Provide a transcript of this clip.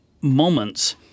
moments